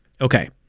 Okay